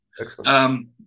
excellent